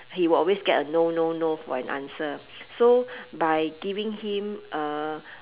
he will always get a no no no for an answer so by giving him a